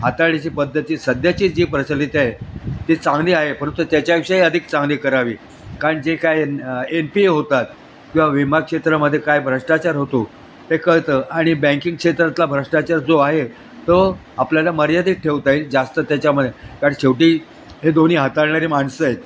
हाताळीची पद्धती सध्याची जी प्रचलित आहे ती चांगली आहे परंतु त्याच्याविषयी अधिक चांगली करावी कारण जे काय एन एन पी ए होतात किंवा विमा क्षेत्रामध्ये काय भ्रष्टाचार होतो ते कळतं आणि बँकिंग क्षेत्रातला भ्रष्टाचार जो आहे तो आपल्याला मर्यादित ठेवता येईल जास्त त्याच्यामध्ये कारण शेवटी हे दोन्ही हाताळणारे माणसं आहेत